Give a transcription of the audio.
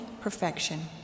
perfection